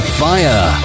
fire